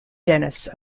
dennis